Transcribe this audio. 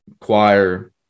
Choir